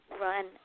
run